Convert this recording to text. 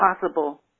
possible